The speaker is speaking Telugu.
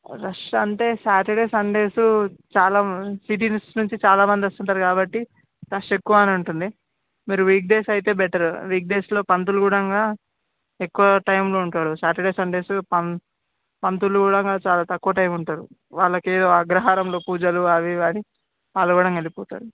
రష్ అంటే సాటర్డే సన్డేసు చాలా సిటీస్ నుంచి చాలామంది వస్తుంటారు కాబట్టి రష్ ఎక్కువగానే ఉంటుంది మీరు వీక్ డేస్ అయితే బెటరు వీక్ డేస్లో పంతులు కూడా ఎక్కువ టైమ్లో ఉంటాడు సాటర్డే సన్డేసు పంతు పంతులు కూడా చాలా తక్కువ టైమ్ ఉంటాడు వాళ్ళకి అగ్రహారంలో పూజలు అవి ఇవి అని వాళ్ళు కూడా ఇంక వెళ్ళిపోతారు